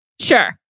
Sure